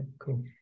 cool